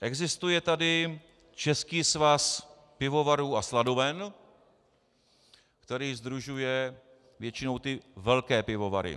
Existuje tady Český svaz pivovarů a sladoven, který sdružuje většinou velké pivovary.